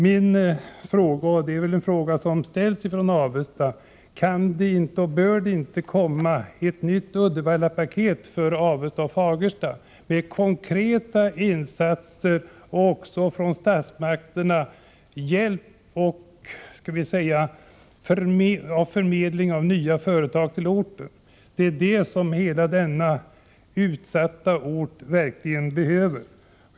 Min fråga — och det är väl en fråga som man ställer sig i Avesta — blir: Kan det inte, och bör det inte komma, ett nytt ”Uddevallapaket” för Avesta och Fagersta, med konkreta insatser från statsmakternas sida och också hjälp med förmedling av nya företag till dessa orter? Det är vad de utsatta orterna verkligen behöver.